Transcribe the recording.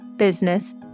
business